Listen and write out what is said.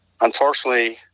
unfortunately